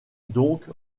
donc